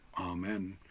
Amen